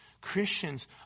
Christians